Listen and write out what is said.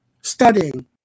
studying